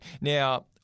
Now